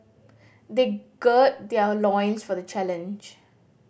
they gird their loins for the challenge